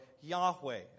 Yahweh